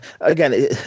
again